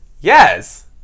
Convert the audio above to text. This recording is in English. Yes